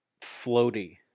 floaty